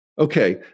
Okay